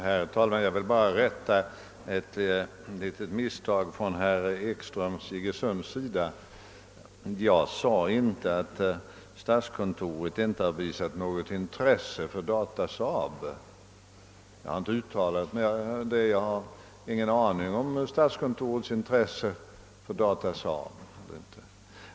Herr talman! Jag vill bara rätta till ett litet misstag som herr Ekström i Iggesund gjorde sig skyldig till. Jag sade inte att statskontoret inte hade visat något intresse för Data-SAAB. Jag har inte uttalat mig om det och jag har ingen aning om statskontorets intresse för Data-SAAB.